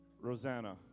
Rosanna